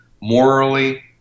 morally